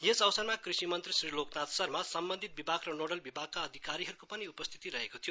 यस अवसरमा कृषि मन्त्री श्री लोकनाथ शर्मा सम्वन्धित विभाग र नोडल विभागका अधिकारीहरूको पनि उपस्थित रहेको थियो